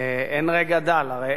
רגע, אדוני היושב-ראש, ברשותו.